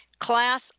Class